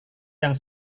yang